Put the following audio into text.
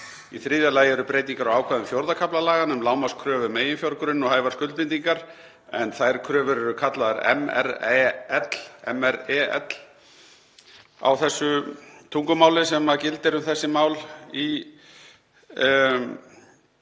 Í þriðja lagi eru breytingar á ákvæðum IV. kafla laganna um lágmarkskröfu um eiginfjárgrunn og hæfar skuldbindingar en þær kröfur eru kallaðar MREL, á þessu tungumáli sem gildir um þessi mál í